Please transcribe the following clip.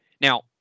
now